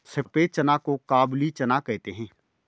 सफेद चना को काबुली चना कहते हैं